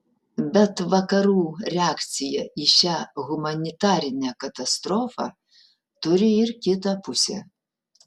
bet vakarų reakcija į šią humanitarinę katastrofą turi ir kitą pusę